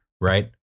right